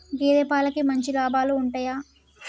గేదే పాలకి మంచి లాభాలు ఉంటయా?